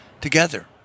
together